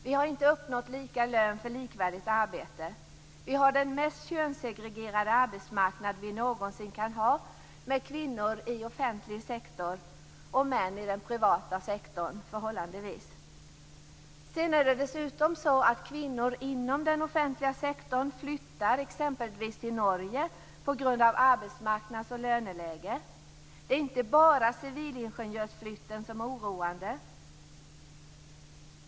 Vi har inte uppnått lika lön för likvärdigt arbete. Vi har den mest könssegregerade arbetsmarknad vi någonsin kan ha, med kvinnor i den offentliga sektorn och män i den privata sektorn. Sedan är det dessutom så att kvinnor inom den offentliga sektorn flyttar, exempelvis till Norge, på grund av arbetsmarknads och löneläget. Det är inte bara civilingenjörsflytten som är oroande.